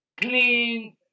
clean